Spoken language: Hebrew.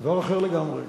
זה דבר אחר לגמרי.